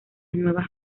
nuevas